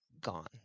gone